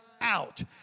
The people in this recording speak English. out